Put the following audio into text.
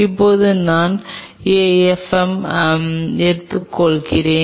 இப்போது நான் ஏபிஎம் எடுத்துக்கொள்கிறேன்